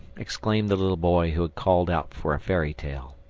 exclaimed the little boy who had called out for a fairy tale.